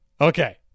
Okay